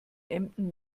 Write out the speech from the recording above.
emden